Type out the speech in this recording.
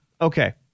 Okay